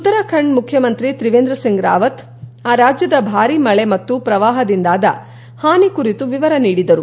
ಉತ್ತರಾಖಂಡ್ ಮುಖ್ಚಮಂತ್ರಿ ತ್ರಿವೇಂದ್ರ ಸಿಂಗ್ ರಾವತ್ ಆ ರಾಜ್ದದ ಭಾರಿ ಮಳೆ ಮತ್ತು ಪ್ರವಾಹದಿಂದಾದ ಹಾನಿ ಕುರಿತು ವಿವರ ನೀಡಿದರು